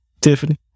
tiffany